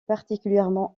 particulièrement